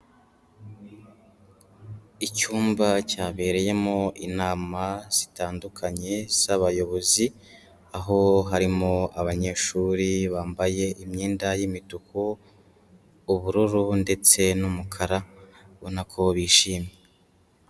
Icyumba cyabereyemo inama zitandukanye z'abayobozi, aho harimo abanyeshuri bambaye imyenda y'imituku, ubururu ndetse n'umukara, ubonako bishimye.